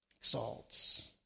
exalts